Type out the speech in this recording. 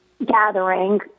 gathering